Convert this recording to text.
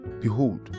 Behold